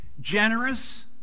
generous